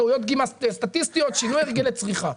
טעויות דגימה סטטיסטיות או שינוי הרגלי צריכה.